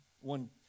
One